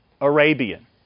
Arabian